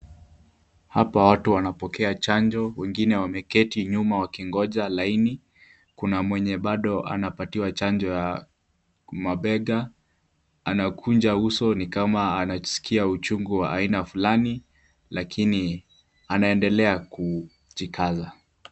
Hapa watu wanapokea chanjo, wengine wameketi nyuma wakingoja laini. Kuna mwenye bado anapatiwa chanjo ya mabega, anakunja uso ni kama anaskia uchungu wa aina fulani, lakini anaendelea kujikaza.